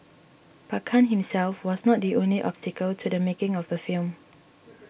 but Khan himself was not the only obstacle to the making of the film